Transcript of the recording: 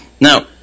now